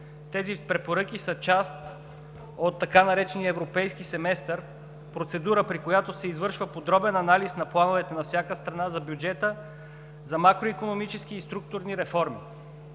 Тези препоръки са част от така наречения европейски семестър – процедура, при която се извършва подробен анализ на плановете на всяка страна за бюджета, за макроикономически и структурни реформи.